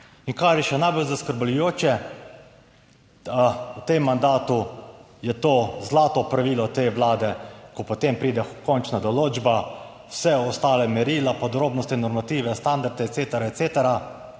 In kar je še najbolj zaskrbljujoče, da v tem mandatu je to zlato pravilo te Vlade, ko potem pride končna določba, vsa ostala merila, podrobnosti, normative, standarde et cetera